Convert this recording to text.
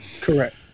Correct